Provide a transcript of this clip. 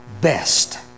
best